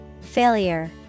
Failure